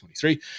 2023